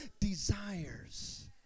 desires